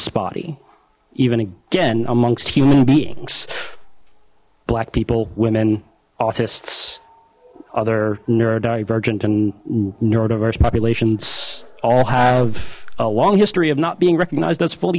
spotty even again amongst human beings black people women artists other neurodivergent and neuro diverse populations all have a long history of not being recognized as fully